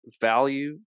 value